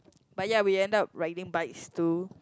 but ya we end up riding bikes too